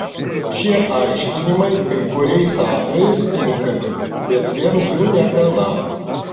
šie aiškinimai kai kuriais atvejais tinkami bet vien jų negana